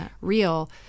real